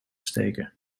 steken